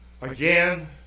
Again